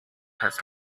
his